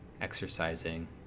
Exercising